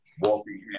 walking